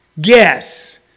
guess